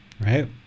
right